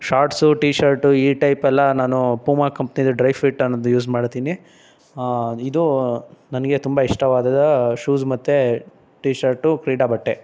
shorts T shirt ಈ ಟೈಪೆಲ್ಲ ನಾನು ಪೂಮಾ ಕಂಪ್ನಿದು ಡ್ರೈ ಫಿಟ್ ಅನ್ನೋದು ಯೂಸ್ ಮಾಡ್ತೀನಿ ಇದು ನನಗೆ ತುಂಬ ಇಷ್ಟವಾದ ಶೂಸ್ ಮತ್ತು ಟಿ ಶರ್ಟು ಕ್ರೀಡಾ ಬಟ್ಟೆ